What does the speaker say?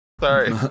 Sorry